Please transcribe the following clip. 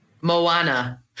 Moana